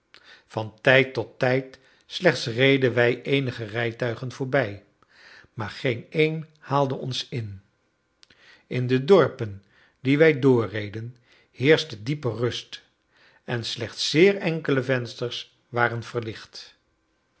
van tijd tot tijd slechts reden wij eenige rijtuigen voorbij maar geen een haalde ons in in de dorpen die wij doorreden heerschte diepe rust en slechts zeer enkele vensters waren verlicht